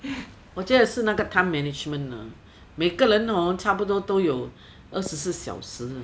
我觉得是那个 time management 每个人 hor 差不多都有二十四小时